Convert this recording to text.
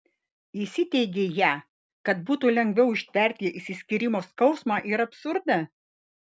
įsiteigei ją kad būtų lengviau ištverti išsiskyrimo skausmą ir absurdą